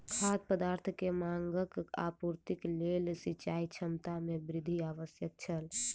खाद्य पदार्थ के मांगक आपूर्तिक लेल सिचाई क्षमता में वृद्धि आवश्यक छल